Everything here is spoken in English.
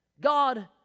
God